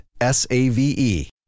S-A-V-E